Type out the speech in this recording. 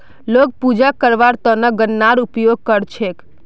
लोग पूजा करवार त न गननार उपयोग कर छेक